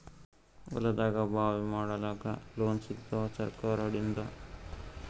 ಹೊಲದಾಗಬಾವಿ ಮಾಡಲಾಕ ಲೋನ್ ಸಿಗತ್ತಾದ ಸರ್ಕಾರಕಡಿಂದ?